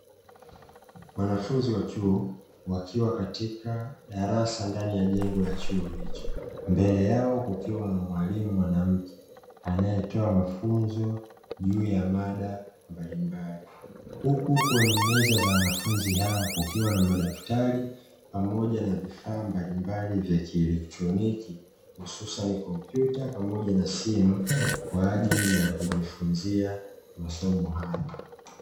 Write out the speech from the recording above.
Wanafunzi chuo wakiwa katika darasa ndani ya jengo la chuo hicho mbele yao kukiwa na mwalimu mwanamke anayetoa mafunzo juu ya mada mbalimbali, huku kwenye meza za wanafunzi hao kukiwa na madaftari pamoja na vifaa mbalimbali vya kielektroniki hususan kompyuta pamoja na simu kwa ajili ya kujifunza masomo hayo.